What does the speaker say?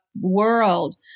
world